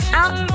out